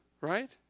right